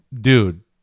Dude